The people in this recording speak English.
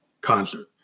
concert